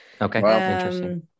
Okay